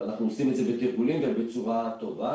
ואנחנו עושים את זה בתרגולים ובצורה טובה.